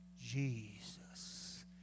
Jesus